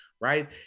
right